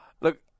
Look